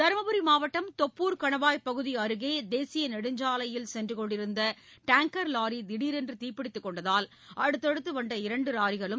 தருமபுரி மாவட்டம் தொப்பூர் கணவாய்ப் பகுதி அருகே தேசிய நெடுஞ்சாலையில் சென்று கொண்டிருந்த டேங்கர் லாரி திடரென்று தீப்பற்றிக் கொண்டதால் அடுத்தடுத்து வந்த இரண்டு லாரிகளும்